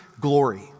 glory